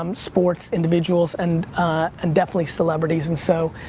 um sports, individuals, and and definitely celebrities. and so,